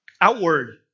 Outward